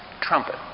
trumpet